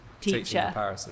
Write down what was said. teacher